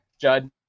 Judd